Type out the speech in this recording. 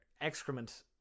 excrement